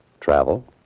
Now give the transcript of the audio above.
Travel